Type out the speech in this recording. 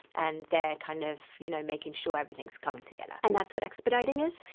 and they're kind of you know making sure everything's coming together and that's what expediting is?